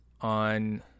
on